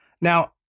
Now